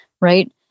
right